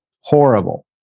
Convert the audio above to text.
horrible